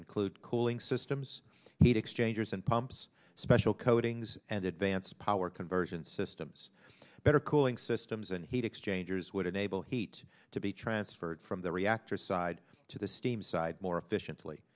include cooling systems heat exchangers and pumps special coatings and advance power conversion systems better cooling systems and heat exchangers would enable heat to be transferred from the reactor side to the steam side more efficiently